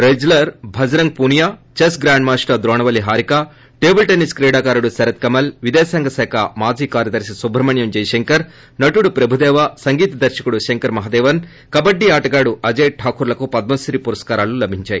wrestler Bajrang Punia chess grand master Dronavalli Harika table tennis క్రీడాకారుడు శరత్ కమల్ విదేశాంగ శాఖ మాజీ కార్యదర్తి సుబ్రమణ్యం జయశంకర్ నటుడు ప్రభుదేవా సంగీత దర్శకుడు శంకర్ మహదేవన్ కబడ్డీ ఆటగాడు ీఅజయ్ ఠాకూర్ లకు పద్మశ్రీ పురస్కారాలు లభించాయి